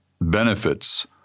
benefits